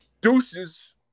Deuces